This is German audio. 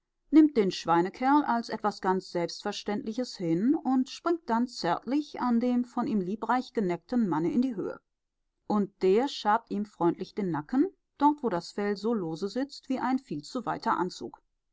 nimmt den schweinekerl als etwas ganz selbstverständliches hin und springt dann zärtlich an dem von ihm liebreich geneckten manne in die höhe und der schabt ihm freundlich den nacken dort wo das fell so lose sitzt wie ein viel zu weiter anzug